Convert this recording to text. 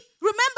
remember